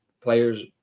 players